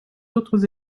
autres